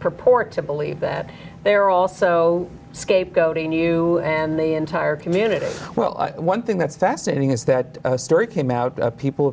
purport to believe that they're also scapegoating you and the entire community well one thing that's fascinating is that story came out people